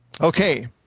Okay